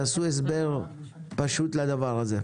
תעשו הסבר פשוט לדברים האלה.